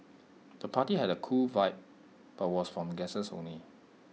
the party had A cool vibe but was for guests only